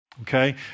okay